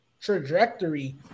trajectory